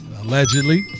Allegedly